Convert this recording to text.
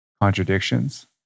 contradictions